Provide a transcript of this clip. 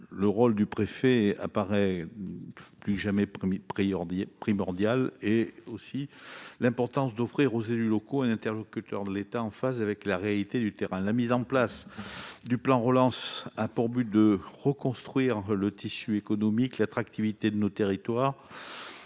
le rôle du préfet paraît plus que jamais primordial, tout comme est décisive l'importance d'offrir aux élus locaux un interlocuteur de l'État en phase avec la réalité du terrain. La mise en place du plan de relance a pour but de reconstruire le tissu économique, l'attractivité de nos territoires,